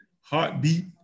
heartbeat